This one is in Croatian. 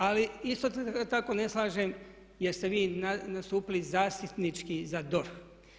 Ali isto tako se ne slažem jer ste vi nastupili zaštitnički za DORH.